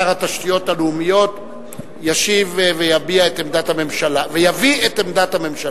שר התשתיות הלאומיות, ישיב ויביא את עמדת הממשלה.